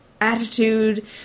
attitude